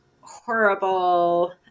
horrible